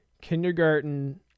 kindergarten